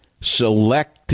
select